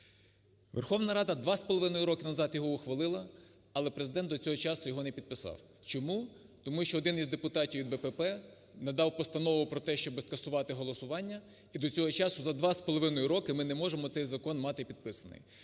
Верховна Рада його два з половиною роки його назад ухвалила, але Президент до цього часу його не підписав. Чому? Тому що один із депутатів БПП надав постанову про те, щоб скасувати голосування і до цього часу за два з половиною роки ми не можемо цей закон мати підписаний.